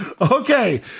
Okay